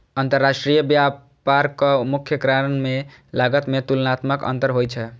अंतरराष्ट्रीय व्यापारक मुख्य कारण मे लागत मे तुलनात्मक अंतर होइ छै